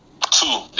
two